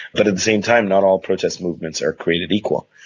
but at the same time, not all protest movements are created equal.